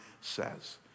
says